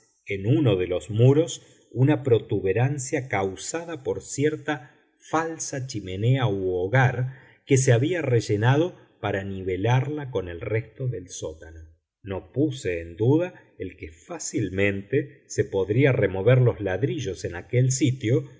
en uno de los muros una protuberancia causada por cierta falsa chimenea u hogar que se había rellenado para nivelarla con el resto del sótano no puse en duda el que fácilmente se podría remover los ladrillos en aquel sitio